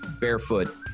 Barefoot